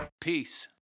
Peace